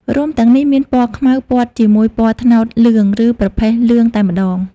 រោមទាំងនេះមានពណ៌ខ្មៅព័ទ្ធជាមួយពណ៌ត្នោតលឿង ឬប្រផេះលឿងតែម្ដង។